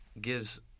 gives